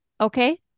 Okay